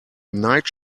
night